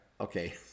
Okay